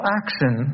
action